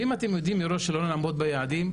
ואם אתם יודעים מראש שלא נעמוד ביעדים,